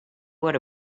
what